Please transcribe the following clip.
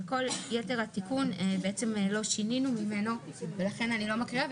לא שינינו משאר התיקון ולכן אני לא מקריאה.